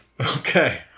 Okay